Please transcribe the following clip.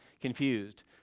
confused